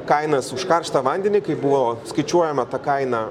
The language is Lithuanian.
kainas už karštą vandenį kaip buvo skaičiuojama ta kaina